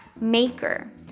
maker